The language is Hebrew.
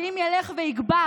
ואם זה ילך ויגבר,